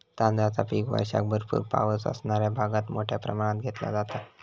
तांदळाचा पीक वर्षाक भरपूर पावस असणाऱ्या भागात मोठ्या प्रमाणात घेतला जाता